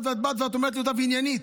ואמרתי להם: אני איתכם,